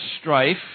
strife